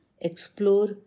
explore